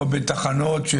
או בתחנות?